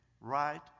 right